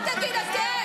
אתם --- אל תגיד אתם.